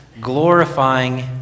glorifying